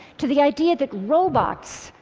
to the idea that robots,